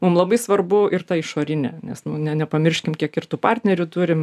mum labai svarbu ir ta išorinė nes ne nepamirškim kiek ir tų partnerių turim